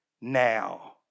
now